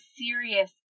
serious